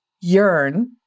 yearn